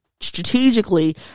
strategically